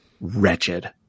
wretched